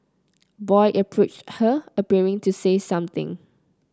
boy approached her appearing to say something